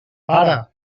pare